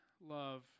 love